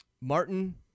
Martin